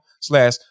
slash